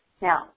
Now